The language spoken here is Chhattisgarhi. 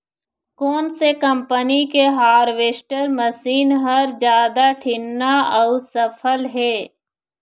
कोन से कम्पनी के हारवेस्टर मशीन हर जादा ठीन्ना अऊ सफल हे?